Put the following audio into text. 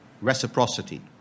reciprocity